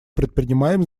предпринимаем